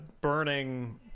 burning